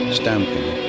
stamping